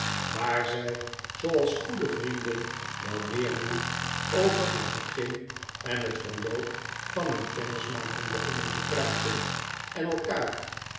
waar zij zooals goede vrienden wel meer doen over het begin en het verloop van hun kennismaking begonnen te praten en elkaar